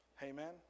Amen